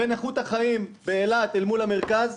בין איכות החיים באילת אל מול המרכז?